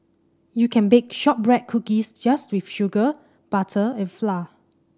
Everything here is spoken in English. you can bake shortbread cookies just with sugar butter and flour